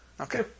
Okay